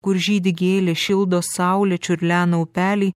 kur žydi gėlės šildo saulė čiurlena upeliai